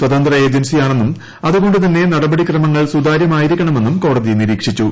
സ്വതന്ത്ര ഏജൻസിയാണെന്നും അതുകൊ ് തന്നെ നടപടിക്രമങ്ങൾ സുതാര്യമായിരിക്കണമെന്നും കോടതി നിരീക്ഷിച്ചു